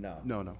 so no no